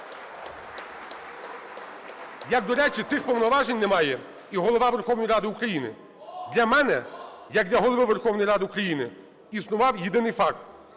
Як, до речі, тих повноважень не має і Голова Верховної Ради України. Для мене як для Голови Верховної Ради України існував єдиний факт